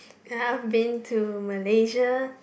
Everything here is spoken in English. I've been to Malaysia